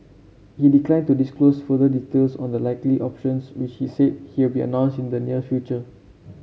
he declined to disclose further details on the likely options which he said he will be announced in the near future